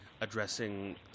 addressing